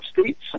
states